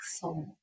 soul